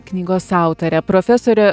knygos autorė profesorė